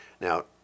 Now